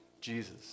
Jesus